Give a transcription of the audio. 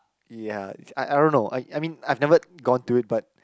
ya I I don't know I I mean I've never gone to it but